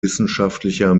wissenschaftlicher